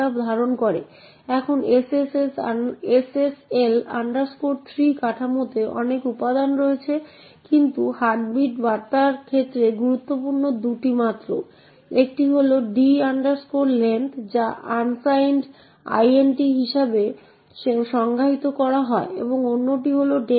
সুতরাং যখন একটি x থাকে তখন এটি স্ট্যাকের উপর উপস্থিত পরবর্তী আর্গুমেন্টটি গ্রহণ করবে এবং প্রিন্ট করবে